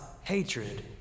hatred